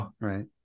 Right